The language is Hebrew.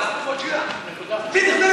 מי תכנן